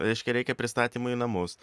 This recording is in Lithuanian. reiškia reikia pristatymo į namus